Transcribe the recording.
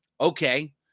Okay